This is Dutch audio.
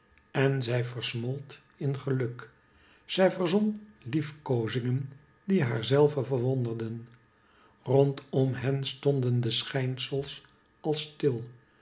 en zij versmolt in geluk zij verzon uefkoozingen die haarzelve verwonderden rondom hen stonden de schijnsels als stil